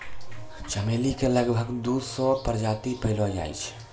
चमेली के लगभग दू सौ प्रजाति पैएलो जाय छै